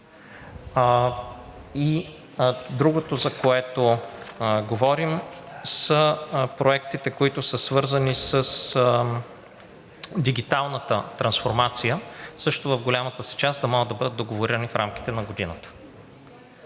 Другото, за което говорим, са проектите, които са свързани с дигиталната трансформация, също в голямата си част да могат да бъдат договорирани в рамките на годината.